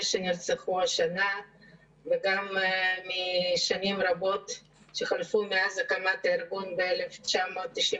שנרצחו השנה וגם משנים רבות שחלפו מאז הקמת הארגון ב-1998.